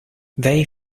they